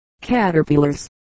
Caterpillars